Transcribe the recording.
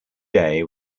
day